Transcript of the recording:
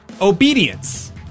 obedience